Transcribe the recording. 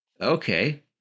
Okay